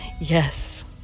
Yes